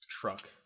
truck